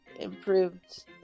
improved